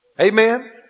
Amen